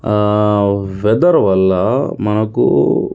weather వల్ల మనకు